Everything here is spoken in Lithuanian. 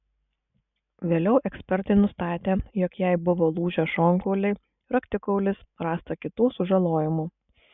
vėliau ekspertai nustatė jog jai buvo lūžę šonkauliai raktikaulis rasta kitų sužalojimų